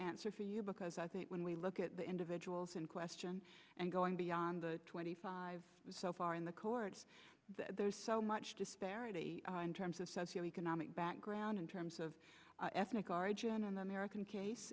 answer for you because i think when we look at the individuals in question and going beyond the twenty five so far in the courts there is so much disparity in terms of so feel economic background in terms of ethnic origin and american case